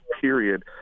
period